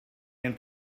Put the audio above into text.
and